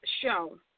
show